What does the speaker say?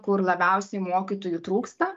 kur labiausiai mokytojų trūksta